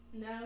No